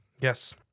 Yes